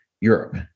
Europe